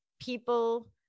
people